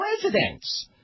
presidents